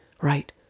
right